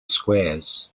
squares